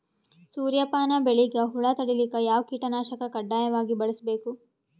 ಸೂರ್ಯಪಾನ ಬೆಳಿಗ ಹುಳ ತಡಿಲಿಕ ಯಾವ ಕೀಟನಾಶಕ ಕಡ್ಡಾಯವಾಗಿ ಬಳಸಬೇಕು?